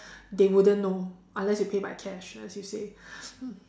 they wouldn't know unless you pay by cash as you said